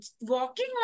walking